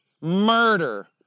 murder